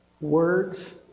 words